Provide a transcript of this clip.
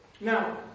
Now